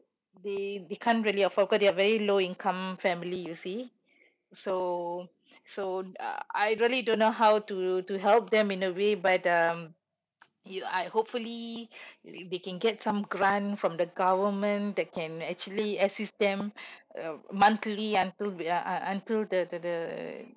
they they can't really afford cause they're very low income family you see so so uh I really don't know how to to help them in the way by the um you know I hopefully they can get some grant from the government that can actually assist them uh monthly until they are until the the the